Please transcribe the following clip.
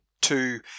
Two